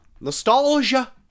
Nostalgia